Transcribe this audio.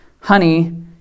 honey